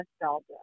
nostalgia